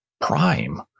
prime